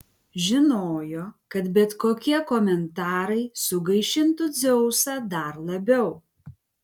žinojo kad bet kokie komentarai sugaišintų dzeusą dar labiau